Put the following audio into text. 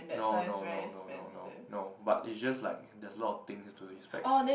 no no no no no no but it's just like there's just a lot of things to his specs